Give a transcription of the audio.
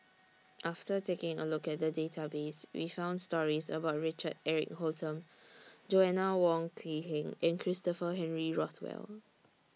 after taking A Look At The Database We found stories about Richard Eric Holttum Joanna Wong Quee Heng and Christopher Henry Rothwell